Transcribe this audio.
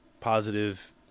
positive